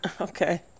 Okay